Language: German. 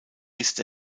ist